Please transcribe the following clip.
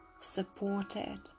supported